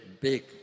big